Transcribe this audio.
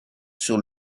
sur